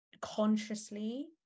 consciously